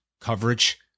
coverage